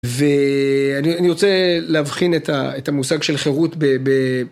ואני רוצה להבחין את המושג של חירות.